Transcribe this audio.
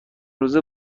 روزه